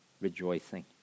rejoicing